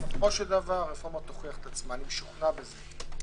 בסופו של דבר הרפורמה תוכיח את עצמה אני משוכנע בזה.